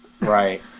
Right